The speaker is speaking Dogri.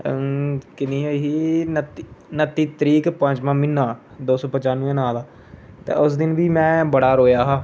किन्नी गी होई ही नत्ती तरीक पंजमा म्हीना दो सो पजानवें नांऽ दा ते उस दिन बी में बड़ा रोएआ